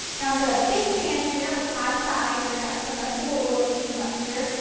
now i've got a big pan here with high sides and i've got some vegetable oil heating up here.